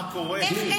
מה קורה איתו?